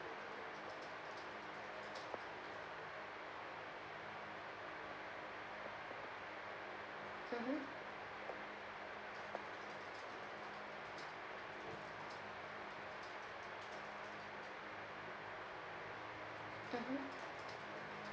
mmhmm mmhmm